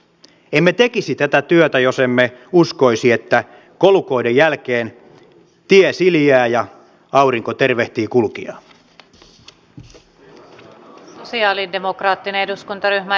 emme tekisi tätä työtä jos emme uskoisi että kolukoiden jälkeen tie siliää ja aurinko tervehtii kulkijaa